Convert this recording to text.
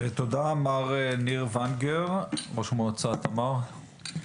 תודה, מר ניר ונגר, ראש המועצה תמר.